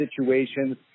situations